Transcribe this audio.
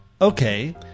Okay